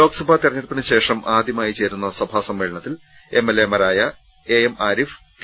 ലോക്സഭാ തെരഞ്ഞെടുപ്പിനുശേഷം ആദ്യമായി ചേരുന്ന സഭാസമ്മേളനത്തിൽ എം എൽ എ മാരായ എ എം ആരിഫ് കെ